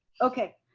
okay.